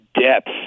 depth